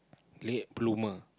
late bloomer